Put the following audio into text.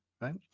right